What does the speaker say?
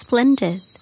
Splendid